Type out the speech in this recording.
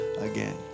again